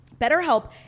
BetterHelp